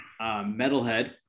metalhead